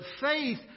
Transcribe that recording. faith